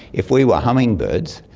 if we were hummingbirds,